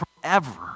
forever